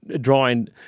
drawing